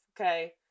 okay